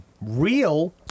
real